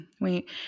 Wait